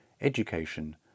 education